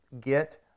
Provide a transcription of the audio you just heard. get